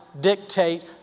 dictate